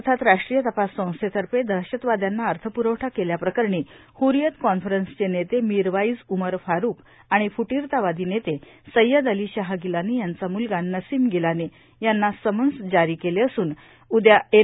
अर्थात राष्ट्रीय तपास संस्थेतर्फे दहशतवाद्यांना अर्थप्रवठा केल्याप्रकरणी हरियत कॉन्फरंसचे नेते मिरवाइज उमर फारूक आणि फुटीरतावादी नेते सय्यद अली शाह गिलानी यांचा म्लगा नसीम गिलानी यांना समन्स जारी केले असून उदया एन